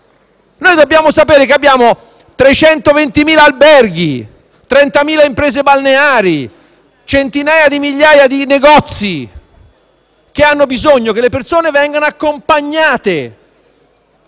Dobbiamo sapere che abbiamo 320.000 alberghi, 30.000 imprese balneari, centinaia di migliaia di negozi che hanno bisogno che le persone vengano accompagnate